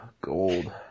gold